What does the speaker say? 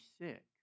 sick